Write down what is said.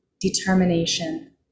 determination